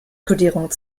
kodierung